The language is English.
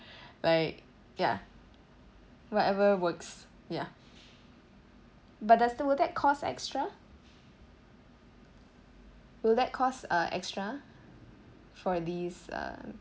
like ya whatever works ya but that's will that cost extra will that cost uh extra for these uh